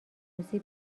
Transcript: خصوصی